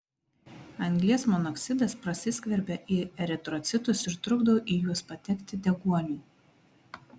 anglies monoksidas prasiskverbia į eritrocitus ir trukdo į juos patekti deguoniui